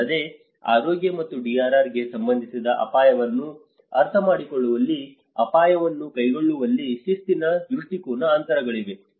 ಅಲ್ಲದೆ ಆರೋಗ್ಯ ಮತ್ತು DRR ಗೆ ಸಂಬಂಧಿಸಿದ ಅಪಾಯಗಳನ್ನು ಅರ್ಥಮಾಡಿಕೊಳ್ಳುವಲ್ಲಿ ಅಪಾಯವನ್ನು ಕೈಗೊಳ್ಳುವಲ್ಲಿ ಶಿಸ್ತಿನ ದೃಷ್ಟಿಕೋನ ಅಂತರಗಳಿವೆ